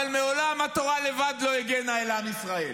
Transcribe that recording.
אבל מעולם, התורה לבד לא הגנה על עם ישראל,